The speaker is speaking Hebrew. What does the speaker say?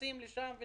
שהוא